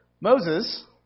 Moses